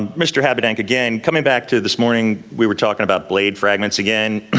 mr. habedank again, coming back to this morning, we were talking about blade fragments again,